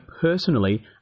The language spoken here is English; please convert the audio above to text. personally